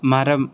மரம்